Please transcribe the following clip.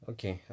Okay